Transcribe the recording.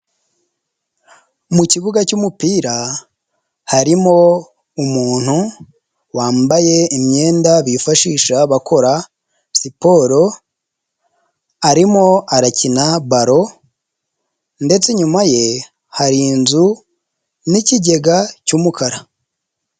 Mu kibuga cy'umupira harimo umuntu wambaye imyenda bifashisha bakora siporo, arimo arakina baro, ndetse inyuma ye hari inzu n'ikigega cy'umukara.